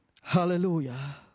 Hallelujah